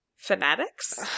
fanatics